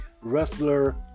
wrestler